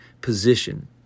position